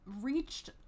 reached